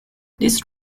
this